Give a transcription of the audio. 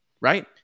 right